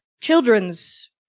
Children's